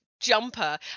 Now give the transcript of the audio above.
jumper